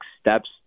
steps